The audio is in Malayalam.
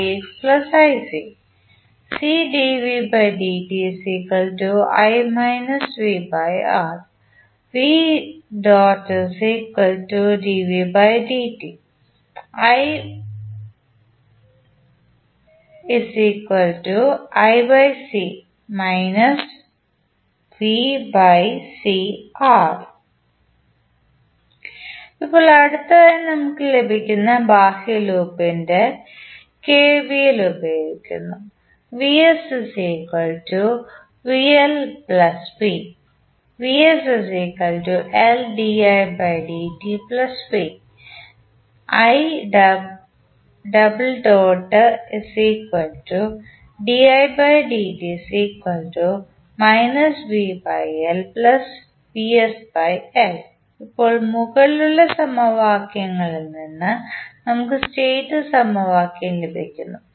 ഇപ്പോൾ അടുത്തതായി നമുക്ക് ലഭിക്കുന്ന ബാഹ്യ ലൂപ്പിന് ചുറ്റും KVL പ്രയോഗിക്കുന്നു ഇപ്പോൾ മുകളിലുള്ള സമവാക്യങ്ങളിൽ നിന്ന് നമുക്ക് സ്റ്റേറ്റ് സമവാക്യം ലഭിക്കുന്നു